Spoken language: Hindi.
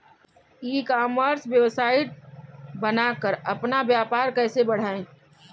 ई कॉमर्स वेबसाइट बनाकर अपना व्यापार कैसे बढ़ाएँ?